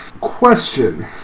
question